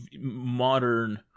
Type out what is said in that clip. modern